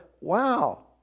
wow